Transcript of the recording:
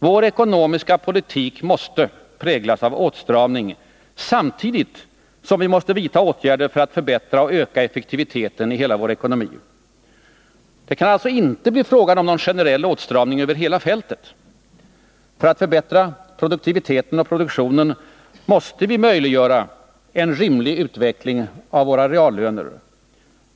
Vår ekonomiska politik måste präglas av åtstramning, samtidigt som åtgärder måste vidtas för att förbättra och öka effektiviteten i hela vår ekonomi. Det kan alltså inte bli fråga om någon generell åtstramning över hela fältet. För att förbättra produktiviteten och produktionen måste vi möjliggöra en rimlig utveckling av reallönerna.